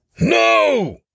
No